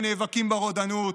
הנאבקים ברודנות,